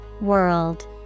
world